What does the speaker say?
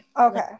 okay